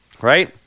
Right